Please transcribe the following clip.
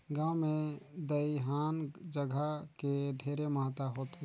गांव मे दइहान जघा के ढेरे महत्ता होथे